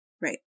Right